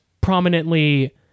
prominently